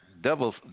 Double